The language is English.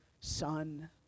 son